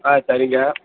ஆ சரிங்க